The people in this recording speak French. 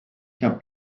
qu’un